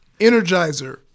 Energizer